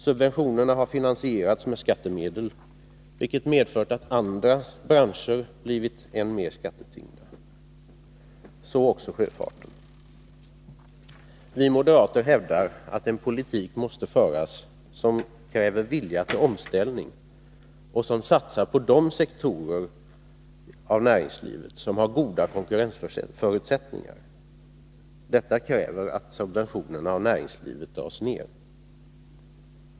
Subventionerna har finansierats med skattemedel, vilket medfört att andra branscher blivit än mer skattetyngda. Så också sjöfarten. Vi moderater hävdar att en politik måste föras, som kräver vilja till omställning och som satsar på de sektorer av näringslivet som har goda konkurrensförutsättningar. Detta kräver att subventionerna till näringslivet dras ner.